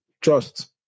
Trust